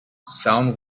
sound